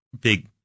big